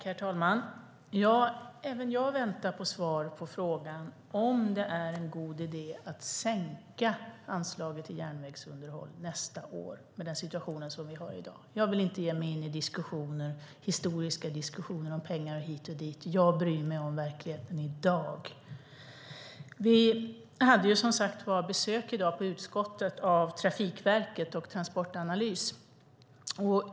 Herr talman! Även jag väntar på svar på frågan om det är en god idé att sänka anslaget till järnvägsunderhåll nästa år, med den situation vi har i dag. Jag vill inte ge mig in i historiska diskussioner om pengar hit och dit. Jag bryr mig om verkligheten i dag. Vi hade som sagt besök i utskottet i dag av Trafikverket och Transportanalys.